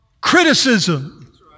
criticism